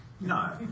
No